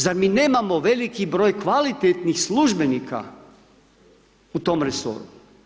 Zar mi nemamo veliki broj kvalitetnih službenika u tom resoru?